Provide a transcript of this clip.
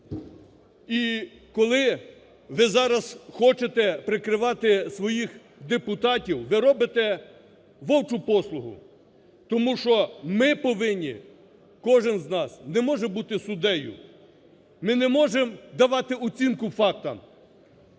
І коли ви зараз хочете прикривати своїх депутатів, ви робите вовчу послугу, тому що ми повинні, кожен з нас не може бути суддею, ми не можемо давати оцінку фактам,